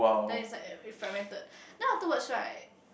then it's like it fragmented then afterwards right